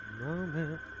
moment